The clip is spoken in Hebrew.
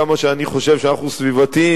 כמה שאני חושב שאנחנו סביבתיים,